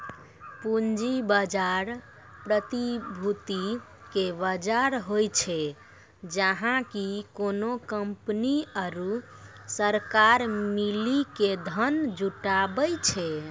पूंजी बजार, प्रतिभूति के बजार होय छै, जहाँ की कोनो कंपनी आरु सरकार मिली के धन जुटाबै छै